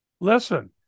Listen